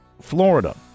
Florida